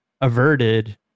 averted